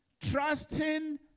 Trusting